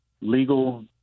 legal